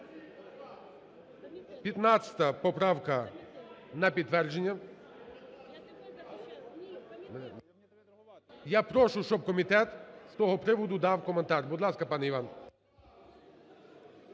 Колеги, 15 поправка на підтвердження. Я прошу, щоб комітет з того приводу дав коментар. Будь ласка, пане Іван.